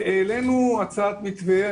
העלינו הצעת מתווה.